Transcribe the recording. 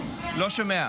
תתחיל להצביע.